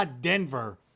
Denver